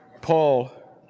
Paul